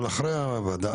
אבל אחרי הוועדה.